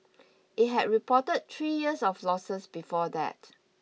it had reported three years of losses before that